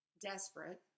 desperate